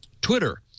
Twitter